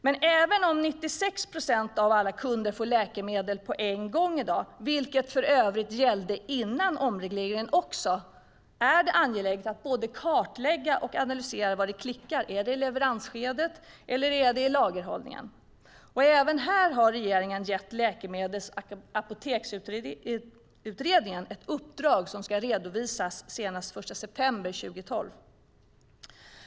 Men även om 96 procent av alla kunder får läkemedel på en gång i dag, vilket för övrigt också gällde före omregleringen, är det angeläget att både kartlägga och analysera var det klickar. Är det i leveransskedet eller är det i lagerhållningen? Även här har regeringen gett Läkemedels och apoteksutredningen ett uppdrag som ska redovisas senast den 1 september 2012.